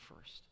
first